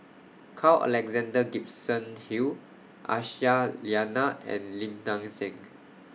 Carl Alexander Gibson Hill Aisyah Lyana and Lim Nang Seng